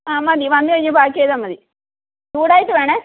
ആ മതി വന്നു കഴിഞ്ഞ് പാക്ക് ചെയ്താൽ മതി ചൂടായിട്ട് വേണം